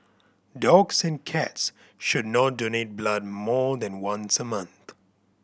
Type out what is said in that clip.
dogs and cats should not donate blood more than once a month